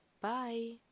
Bye